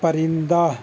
پرندہ